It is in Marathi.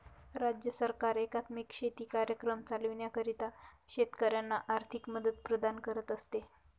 राज्य सरकार एकात्मिक शेती कार्यक्रम चालविण्याकरिता शेतकऱ्यांना आर्थिक मदत प्रदान करत असते